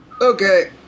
Okay